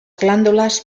glàndules